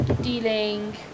dealing